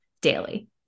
daily